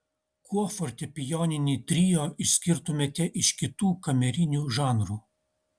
kuo fortepijoninį trio išskirtumėte iš kitų kamerinių žanrų